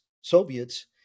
Soviets